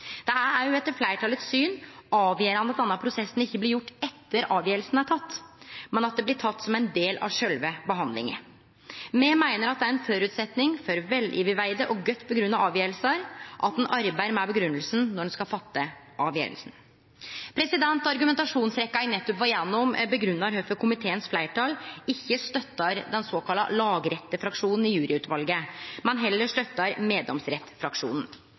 Det er også etter fleirtalets syn avgjerande at denne prosessen ikkje skjer etter at avgjerda er teken, men at dette blir teke som ein del av sjølve behandlinga. Me meiner at det er ein føresetnad for godt gjennomtenkte og grunngjevne avgjerder at ein arbeider med grunngjevinga når ein skal fatte avgjerda. Argumentasjonsrekkja eg nettopp var gjennom, grunngjev kvifor fleirtalet i komiteen ikkje støttar den såkalla lagrettefraksjonen i juryutvalet, men heller støttar